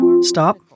Stop